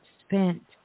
spent